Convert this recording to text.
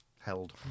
held